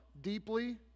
deeply